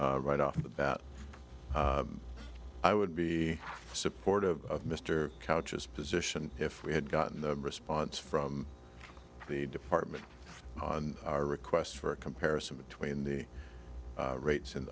right off the bat i would be supportive of mr couch as position if we had gotten the response from the department on our request for a comparison between the rates in